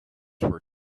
were